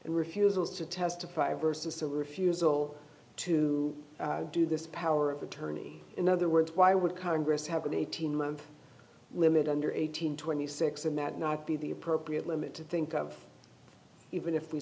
and refusals to testify versus a refusal to do this power of attorney in other words why would congress have an eighteen month limit under eighteen twenty six and that not be the appropriate limit to think of even if we